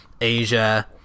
Asia